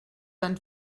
tan